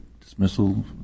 dismissal